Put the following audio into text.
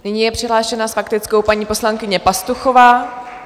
Nyní je přihlášena s faktickou paní poslankyně Pastuchová.